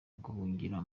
guhungira